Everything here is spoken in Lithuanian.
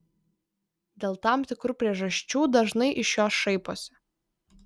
dėl tam tikrų priežasčių dažnai iš jos šaiposi